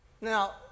Now